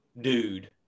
dude